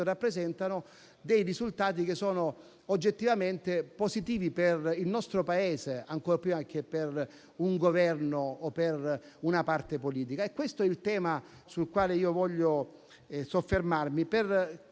rappresentano risultati oggettivamente positivi per il nostro Paese, ancor prima che per un Governo o una parte politica. Questo è il tema sul quale voglio soffermarmi